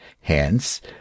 Hence